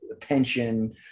pension